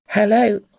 Hello